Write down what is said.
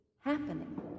happening